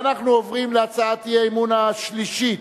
ואנחנו עוברים להצעת האי-אמון השלישית,